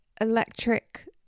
electric